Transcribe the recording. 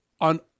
on